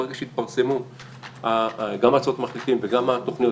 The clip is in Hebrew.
ברגע שיתפרסמו גם הצעות המחליטים וגם התוכניות